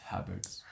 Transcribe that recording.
Habits